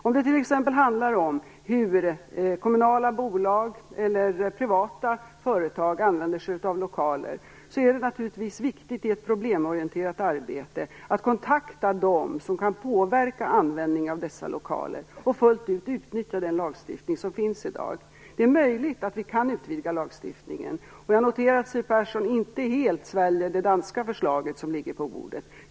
Om det t.ex. handlar om hur kommunala bolag eller privata företag använder sig av lokaler, är det naturligtvis viktigt i ett problemorienterat arbete att kontakta dem som kan påverka användningen av dessa lokaler och fullt ut utnyttja den lagstiftning som finns i dag. Det är möjligt att vi kan utvidga lagstiftningen. Jag noterar att Siw Persson inte helt sväljer det danska förslaget som ligger på bordet.